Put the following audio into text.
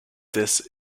this